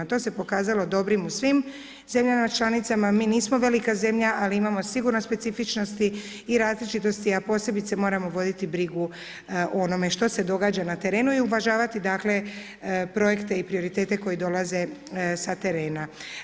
To se pokazalo dobrim u svim zemljama članicama, mi nismo velika zemlja, ali imamo sigurno specifičnosti i različitosti, a posebice moramo voditi brigu o onome što se događa na terenu i uvažavati dakle, projekte i prioritete koji dolaze sa terena.